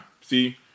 see